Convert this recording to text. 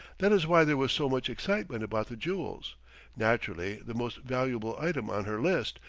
that is why there was so much excitement about the jewels naturally the most valuable item on her list,